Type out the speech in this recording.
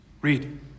Read